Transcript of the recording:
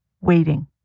waiting